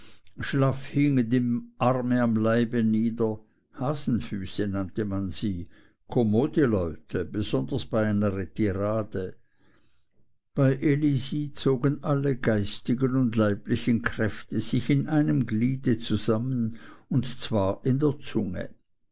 schlaff hingen die arme am leibe nieder hasenfüße nannte man sie kommode leute besonders bei einer retirade bei elisi zogen alle geistigen und leiblichen kräfte sich in einem gliede zusammen und zwar in der zunge